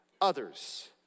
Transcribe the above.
others